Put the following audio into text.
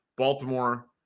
Baltimore